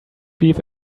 beef